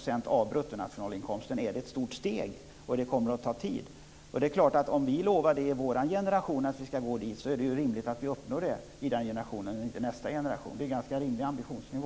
% av bruttonationalinkomsten, och detta kommer att ta tid. Om vi i vår generation lovar att nå upp till det är det rimligt att vi uppnår det i denna generation och inte i nästa generation. Det är en ganska rimlig ambitionsnivå.